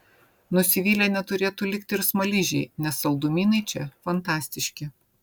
nusivylę neturėtų likti ir smaližiai nes saldumynai čia fantastiški